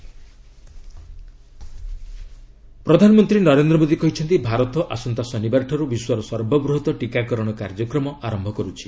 PM CMS ପ୍ରଧାନମନ୍ତ୍ରୀ ନରେନ୍ଦ୍ର ମୋଦୀ କହିଛନ୍ତି ଭାରତ ଆସନ୍ତା ଶନିବାର ଠାରୁ ବିଶ୍ୱର ସର୍ବବୃହତ ଟିକାକରଣ କାର୍ଯ୍ୟକ୍ରମ ଆରମ୍ଭ କରୁଛି